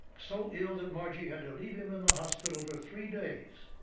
so ill that margie had to leave him in the hospital for three days.